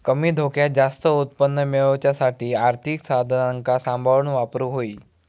कमी धोक्यात जास्त उत्पन्न मेळवच्यासाठी आर्थिक साधनांका सांभाळून वापरूक होई